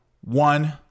One